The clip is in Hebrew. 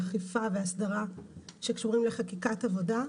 אכיפה והסדרה שקשורים לחקיקת עבודה.